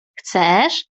chcesz